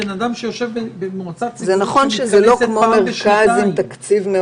בן אדם שיושב במועצה ציבורית שמתכנסת,